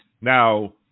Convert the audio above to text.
now